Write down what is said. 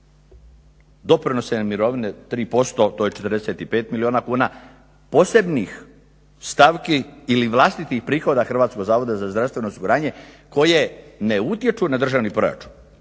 Doprinosi i mirovine 3%, to je 45 milijuna kuna, posebnih stavki ili vlastitih prihoda HZZO-a koje ne utječu na državni proračun.